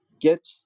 get